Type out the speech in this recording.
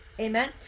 Amen